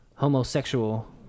homosexual